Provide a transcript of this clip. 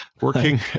working